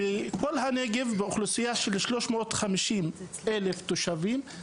בנגב יש אוכלוסייה של 350,000 תושבים בדואים,